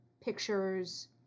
pictures